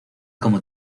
como